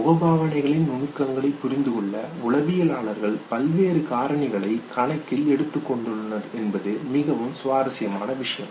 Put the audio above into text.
முகபாவனைகளின் நுணுக்கங்களைப் புரிந்துகொள்ள உளவியலாளர்கள் பல்வேறு காரணிகளைக் கணக்கில் எடுத்துக்கொண்டுள்ளனர் என்பது மிகவும் சுவாரஸ்யமான விஷயம்